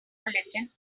bulletin